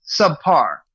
subpar